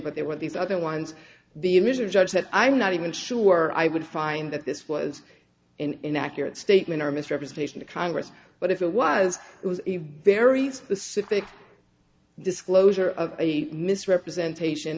but there were these other ones the mr judge that i'm not even sure i would find that this was inaccurate statement or misrepresentation to congress but it was it was a very specific disclosure of eight misrepresentation